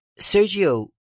Sergio